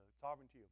sovereignty